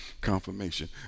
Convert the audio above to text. confirmation